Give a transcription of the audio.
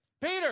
Peter